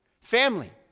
Family